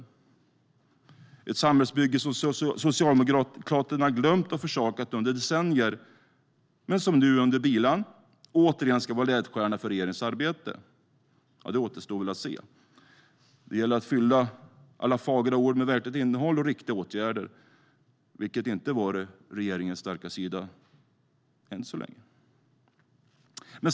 Det är ett samhällsbygge som Socialdemokraterna har glömt och försakat under decennier, men som nu under bilan återigen ska vara ledstjärna för regeringens arbete. Det återstår väl att se. Det gäller att fylla alla fagra ord med verkligt innehåll och riktiga åtgärder, vilket inte har varit regeringens starka sida än så länge.